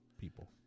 People